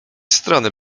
strony